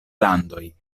landoj